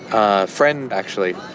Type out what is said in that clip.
a friend actually.